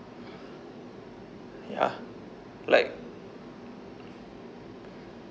ya like